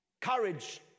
Courage